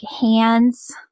hands